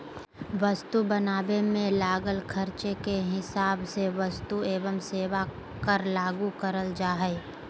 वस्तु बनावे मे लागल खर्चे के हिसाब से वस्तु एवं सेवा कर लागू करल जा हय